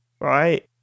right